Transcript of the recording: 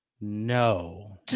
No